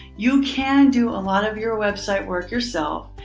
you can do a lot of your website, work yourself,